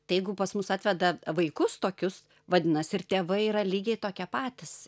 tai jeigu pas mus atveda vaikus tokius vadinasi ir tėvai yra lygiai tokie patys